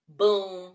boom